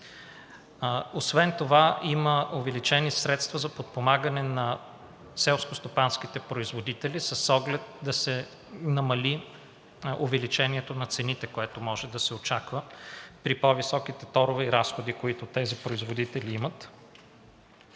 Освен това има увеличени средства за подпомагане на селскостопанските производители с оглед да се намали увеличението на цените, което може да се очаква при по-високите торове и разходи, които тези производители имат.